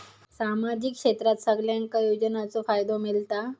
सामाजिक क्षेत्रात सगल्यांका योजनाचो फायदो मेलता?